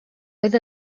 oedd